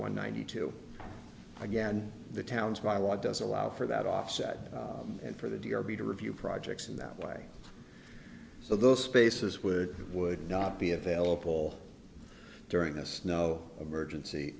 one ninety two again the towns by law does allow for that offset and for the derby to review projects in that way so those spaces would would not be available during this no emergency